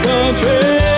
Country